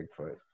Bigfoot